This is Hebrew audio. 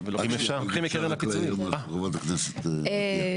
חברת הכנסת עטייה.